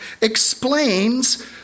explains